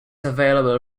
available